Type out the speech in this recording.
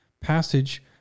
passage